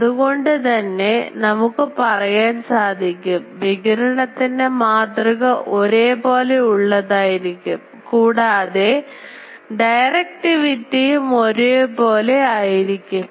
അതുകൊണ്ടുതന്നെ നമുക്ക് പറയാൻ സാധിക്കും വികിരണത്തിൻറെ മാതൃക ഒരേപോലെ ഉള്ളതായിരിക്കും കൂടാതെ ഡയറക്റ്റിവിറ്റിഉം ഒരുപോലെ ആയിരിക്കും